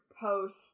post